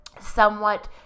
somewhat